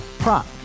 Prop